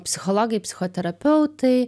psichologai psichoterapeutai